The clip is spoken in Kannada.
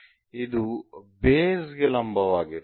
ಇದು ಬೇಸ್ ಗೆ ಲಂಬವಾಗಿರುತ್ತದೆ